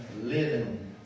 Living